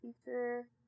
teacher